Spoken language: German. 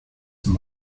zum